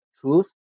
truth